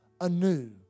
anew